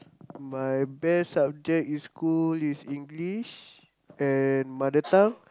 my best subject in school is English and mother-tongue